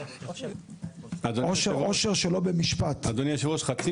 עושר שלא במשפט.